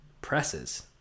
presses